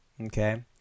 okay